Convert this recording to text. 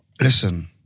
Listen